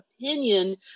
opinion